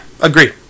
agree